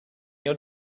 your